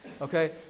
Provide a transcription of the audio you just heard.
Okay